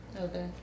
Okay